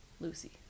Lucy